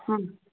ಹ್ಞೂ